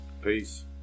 Peace